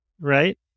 right